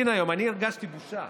הרגשתי בושה